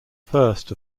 first